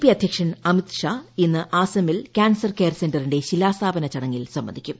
P അധ്യക്ഷൻ അമിത്ഷാ ഇന്ന് അസമിൽ കാൻസർ സെന്ററിന്റെ ശിലാസ്ഥാപന ചടങ്ങിൽ കെയർ സംബന്ധിക്കും